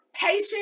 patient